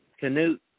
Canute